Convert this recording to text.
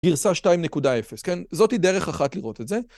גרסה 2.0, כן? זאתי דרך אחת לראות את זה.